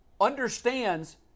understands